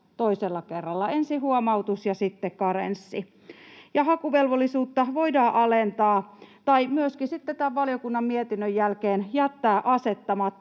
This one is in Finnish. toisella kerralla. Ensin huomautus ja sitten karenssi. Ja hakuvelvollisuutta voidaan alentaa tai myöskin sitten tämän valiokunnan mietinnön jälkeen jättää asettamatta,